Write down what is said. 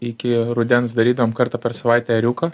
iki rudens darydavom kartą per savaitę ėriuką